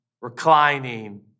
reclining